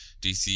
DC